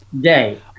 day